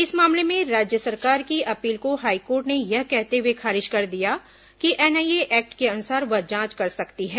इस मामले में राज्य सरकार की अपील को हाईकोर्ट ने यह कहते हुए खारिज कर दिया कि एनआईए एक्ट के अनुसार वह जांच कर सकती है